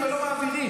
וזה מעל 70 שנה.